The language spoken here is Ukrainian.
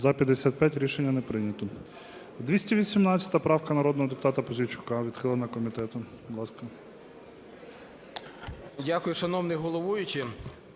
За-55 Рішення не прийнято. 218 правка народного депутата Пузійчука, відхилена комітетом.